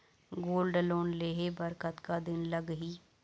Gold loan लेहे बर कतका दिन लगही?